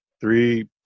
three